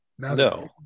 No